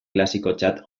klasikotzat